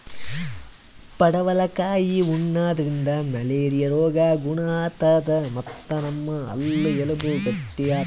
ಪಡವಲಕಾಯಿ ಉಣಾದ್ರಿನ್ದ ಮಲೇರಿಯಾ ರೋಗ್ ಗುಣ ಆತದ್ ಮತ್ತ್ ನಮ್ ಹಲ್ಲ ಎಲಬ್ ಗಟ್ಟಿ ಆತವ್